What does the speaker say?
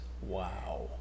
Wow